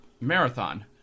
marathon